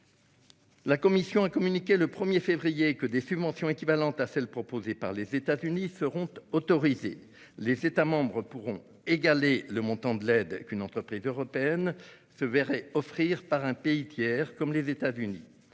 La Commission européenne a communiqué le 1 février dernier que des subventions équivalentes à celles que proposent les États-Unis seront autorisées. Les États membres pourront égaler le montant de l'aide qu'une entreprise européenne se verrait offrir par un pays tiers, comme les États-Unis.